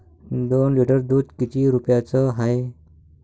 दोन लिटर दुध किती रुप्याचं हाये?